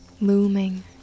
looming